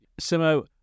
Simo